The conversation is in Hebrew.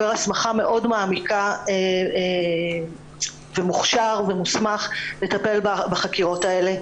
הסמכה מאוד מעמיקה ומוכשר ומוסמך לטפל בחקירות האלה.